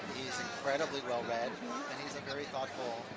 he's incredibly well read and he's a very thoughtful,